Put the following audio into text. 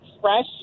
fresh